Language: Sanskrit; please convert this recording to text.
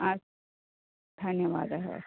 अस्तु धन्यवादः